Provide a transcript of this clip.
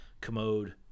commode